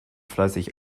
fleißig